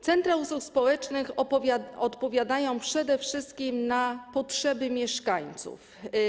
Centra usług społecznych odpowiadają przede wszystkim na potrzeby mieszkańców.